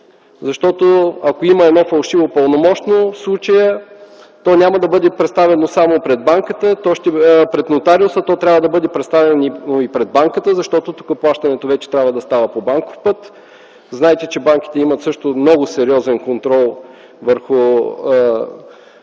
защото ако има едно фалшиво пълномощно в случая, то няма да бъде представено само пред нотариуса, то трябва да бъде представено и пред банката, защото тук плащането вече трябва да става по банков път. Знаете, че банките имат също много сериозен контрол върху